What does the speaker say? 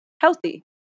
healthy